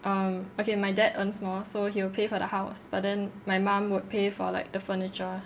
um okay my dad earns more so he will pay for the house but then my mum would pay for like the furniture